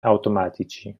automatici